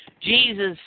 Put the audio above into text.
Jesus